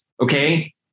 okay